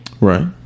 Right